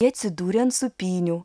ji atsidūrė ant sūpynių